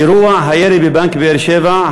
אירוע הירי בבנק בבאר-שבע,